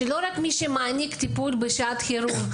שלא רק מי שמעניק טיפול בשעת חירום,